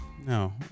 No